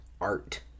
art